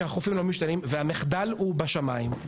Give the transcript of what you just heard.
שהחופים לא משתנים, והמחדל הוא בשמיים.